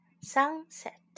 sunset